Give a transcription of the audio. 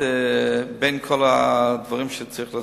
בין כל הדברים שצריך לעשות,